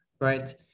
right